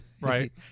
Right